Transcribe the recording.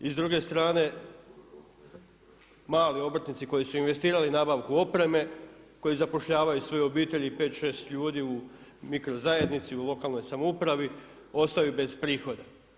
I s druge strane mali obrtnici koji su investirali nabavku opreme, koji zapošljavaju svoje obitelji 5, 6 ljudi, u mikro zajednici, u lokalnoj samoupravi, ostaju bez prihoda.